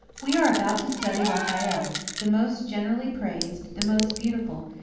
we are about to study raphael, the most generally praised, the most beautiful,